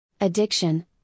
Addiction